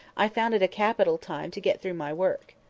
i found it a capital time to get through my work.